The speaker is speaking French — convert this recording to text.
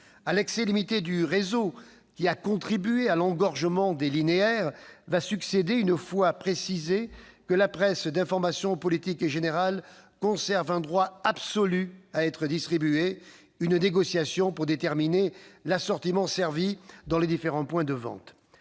À l'accès illimité au réseau, qui a contribué à l'engorgement des linéaires, succédera, une fois précisé que la presse d'information politique et générale conserve un droit absolu à être distribuée, une négociation pour déterminer l'assortiment servi dans les différents points de vente.